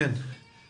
אני מניח